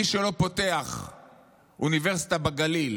מי שלא פותח אוניברסיטה בגליל